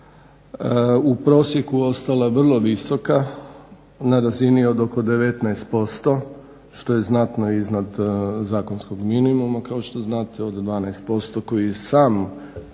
u prosjeku ostala vrlo visoka, na razini od oko 19% što je znatno iznad zakonskog minimuma kao što znate od 12% koji je sam